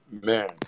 Man